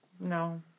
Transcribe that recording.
No